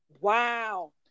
Wow